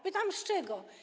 Pytam z czego.